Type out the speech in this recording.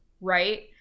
right